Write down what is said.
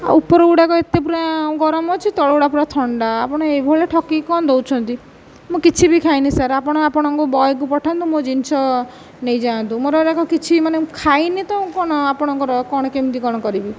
ଆଉ ଉପର ଗୁଡ଼ିକ ଏତେ ପୁରା ଗରମ ଅଛି ତଳ ଗୁଡ଼ିକ ପୁରା ଥଣ୍ଡା ଆପଣ ଏହି ଭଳିଆ ଠକିକି କ'ଣ ଦେଉଛନ୍ତି ମୁଁ କିଛି ବି ଖାଇନି ସାର୍ ଆପଣ ଆପଣଙ୍କ ବଏକୁ ପଠାନ୍ତୁ ମୋ ଜିନିଷ ନେଇଯାଆନ୍ତୁ ମୋର ଏରାକ କିଛି ମାନେ ମୁଁ ଖାଇନି ତ କ'ଣ ଆପଣଙ୍କର କ'ଣ କେମିତି କ'ଣ କରିବି